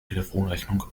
telefonrechnung